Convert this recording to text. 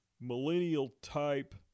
millennial-type